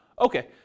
okay